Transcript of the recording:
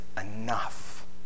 enough